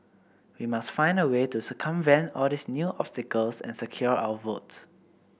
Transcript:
we must find a way to circumvent all these new obstacles and secure our votes